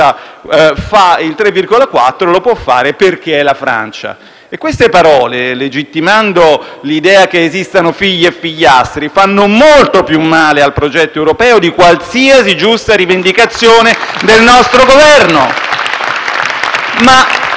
Queste parole, legittimando l'idea che esistano figli e figliastri, fanno molto più male al progetto europeo di qualsiasi giusta rivendicazione del nostro Governo. *(Applausi